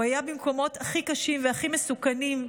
הוא היה במקומות הכי קשים והכי מסוכנים,